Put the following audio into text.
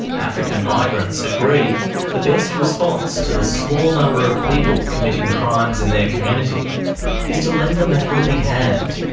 african migrants agree the best response to the small number of people committing crimes in their community is to lend them a helping hand,